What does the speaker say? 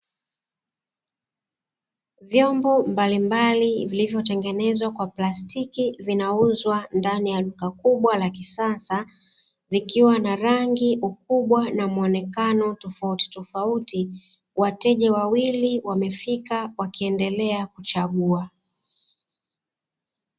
Vyombo mbalimbali vilivyotengenezwa kwa plastiki, vinauzwa ndani ya duka kubwala kisasa, vikiwa na rangi, ukubwa na mwonekano tofautitofauti. Wateja wawili wamefika wakiendelea kuchagua.